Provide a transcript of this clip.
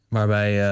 Waarbij